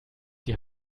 die